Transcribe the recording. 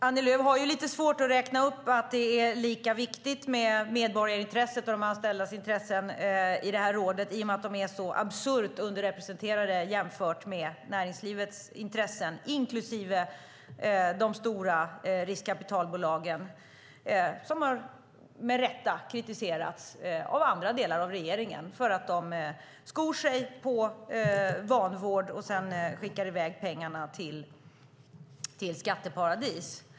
Annie Lööf har lite svårt att räkna upp att det är lika viktigt med medborgarintresset och de anställdas intressen i det här rådet i och med att de är så absurt underrepresenterade jämfört med näringslivets intressen, inklusive de stora riskkapitalbolagen som med rätta har kritiserats av andra delar av regeringen för att de skor sig på vanvård och sedan skickar i väg pengarna till skatteparadis.